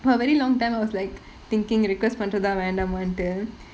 for a very long time I was like thinking request பண்றதா வேணாமாண்டு:pandratha venaamaandu